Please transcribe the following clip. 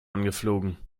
angeflogen